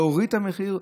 לדחות את עליית המחירים.